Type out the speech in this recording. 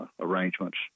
arrangements